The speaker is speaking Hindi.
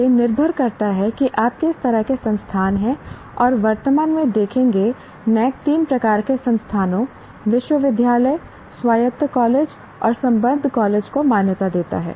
यह निर्भर करता है कि आप किस तरह के संस्थान हैं और वर्तमान में देखेंगे NAAC 3 प्रकार के संस्थानों विश्वविद्यालय स्वायत्त कॉलेज और संबद्ध कॉलेज को मान्यता देता है